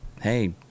hey